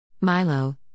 Milo